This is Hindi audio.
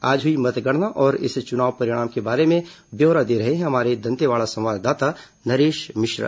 आज हुई मतगणना और इस चुनाव परिणाम के बारे में ब्यौरा दे रहे हैं हमारे दंतेवाड़ा संवाददाता नरेश मिश्रा